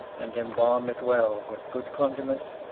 and embalm it well with good condiments,